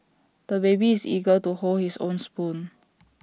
the baby is eager to hold his own spoon